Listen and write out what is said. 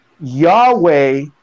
Yahweh